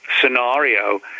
scenario